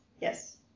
Yes